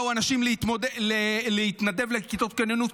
באו אנשים להתנדב לכיתות הכוננות,